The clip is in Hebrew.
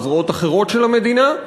או זרועות אחרות של המדינה,